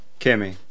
Kimmy